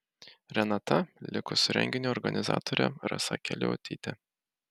renata liko su renginio organizatore rasa keliuotyte